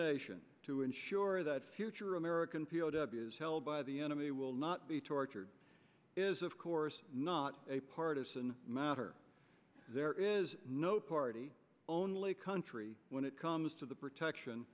nation to ensure that future american p o w s held by the enemy will not be tortured is of course not a partisan matter there is no party only country when it comes most of the protection